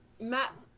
Matt